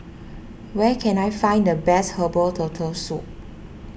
where can I find the best Herbal Turtle Soup